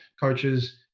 coaches